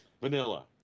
vanilla